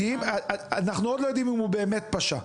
כי אנחנו עוד לא יודעים אם הוא באמת פשע.